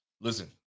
listen